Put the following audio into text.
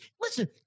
listen